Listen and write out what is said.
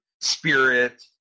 spirit